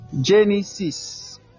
Genesis